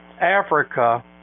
Africa